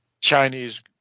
Chinese